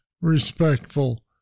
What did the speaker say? Respectful